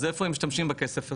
אז איפה הם משתמשים בכסף הזה?